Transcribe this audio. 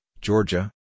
Georgia